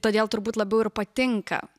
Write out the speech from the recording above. todėl turbūt labiau ir patinka